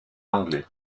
anglais